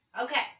Okay